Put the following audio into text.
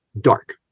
dark